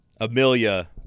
Amelia